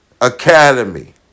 Academy